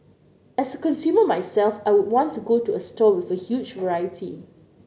as a consumer myself I want to go to a store with a huge variety